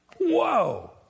whoa